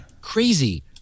Crazy